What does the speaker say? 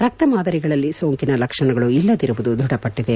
ರಕ್ತ ಮಾದರಿಗಳಲ್ಲಿ ಸೋಂಕಿನ ಲಕ್ಷಣಗಳು ಇಲ್ಲದಿರುವುದು ದೃಢಪಟ್ಟಿದೆ